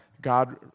God